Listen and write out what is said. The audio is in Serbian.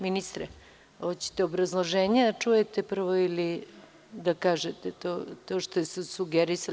Ministre, hoćete obrazloženje da čujete prvo ili da kažete to što su sugerisali?